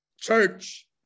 Church